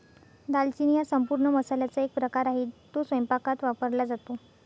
दालचिनी हा संपूर्ण मसाल्याचा एक प्रकार आहे, तो स्वयंपाकात वापरला जातो